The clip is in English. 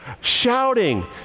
shouting